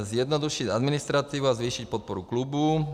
Zjednodušit administrativu a zvýšit podporu klubů.